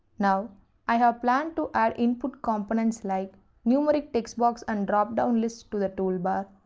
now i have planned to our input components like numeric text box and dropdown list to the toolbar.